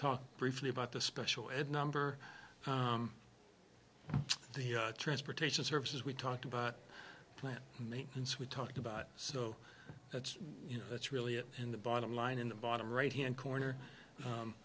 talk briefly about the special ed number the transportation services we talked about plan maintenance we talked about so that's you know that's really it and the bottom line in the bottom right hand corner